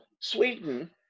Sweden